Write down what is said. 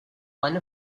one